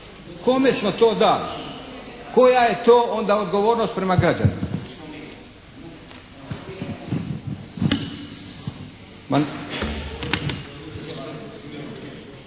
Kome smo to dali? Koja je to onda odgovornost prema građanima?